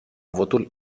votul